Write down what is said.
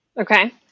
Okay